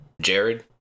Jared